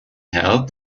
held